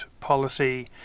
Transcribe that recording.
policy